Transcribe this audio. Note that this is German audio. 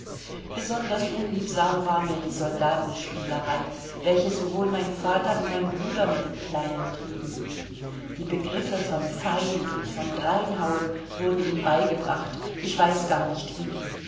besonders unliebsam war mir die soldatenspielerei welche sowohl mein vater wie mein bruder mit dem kleinen trieben die begriffe von feind und von dreinhauen wurden ihm beigebracht ich weiß gar nicht wie